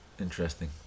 Interesting